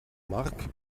mark